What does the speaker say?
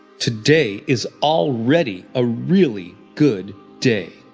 today is already a really good day.